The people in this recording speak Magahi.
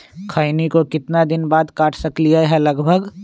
खैनी को कितना दिन बाद काट सकलिये है लगभग?